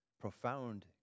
profound